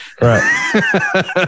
right